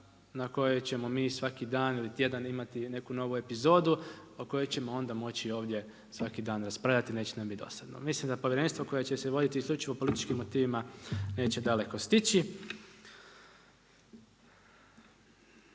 na kojoj ćemo mi svaki dan ili tjedan imati neku novu epizodu o kojoj ćemo onda moći ovdje svaki dan raspravljati, neće nam bit dosadno. Mislim da povjerenstvo koje će se voditi isključivo političkim motivima neće daleko stići.